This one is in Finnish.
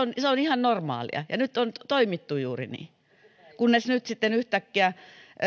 se on ihan normaalia nyt on toimittu juuri niin kunnes nyt sitten yhtäkkiä